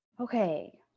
Okay